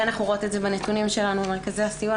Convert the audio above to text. ואנחנו רואות את זה בנתונים שלנו במרכזי הסיוע,